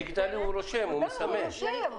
בדיגיטלי הוא רושם, הוא מסמן,